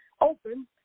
open